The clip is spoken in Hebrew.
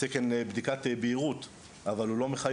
תקן לבדיקת בהירות של הצללות, אבל הוא לא מחייב.